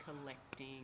collecting